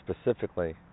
specifically